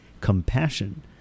compassion